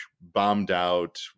bombed-out